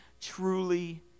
truly